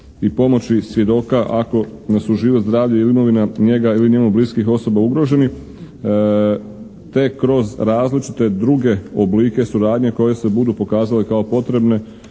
i pomoći svjedoka ako su život, zdravlje ili imovina njega ili njemu bliskih osoba ugroženi te kroz različite druge oblike suradnje koje se budu pokazale kao potrebne